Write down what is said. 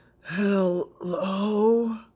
Hello